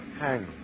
hang